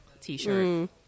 t-shirt